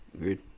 agreed